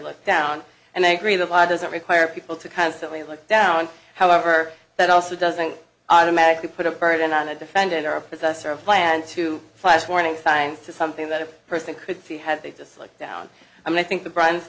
looked down and i agree the law doesn't require people to constantly look down however that also doesn't automatically put a burden on a defendant or a possessor of land too fast warning signs to something that a person could see had they just looked down and i think the bronze